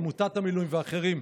עמותות המילואים ואחרים,